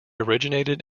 originated